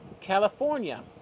California